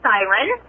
Siren